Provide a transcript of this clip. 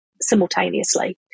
simultaneously